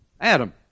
Adam